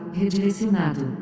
redirecionado